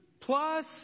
plus